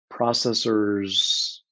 processors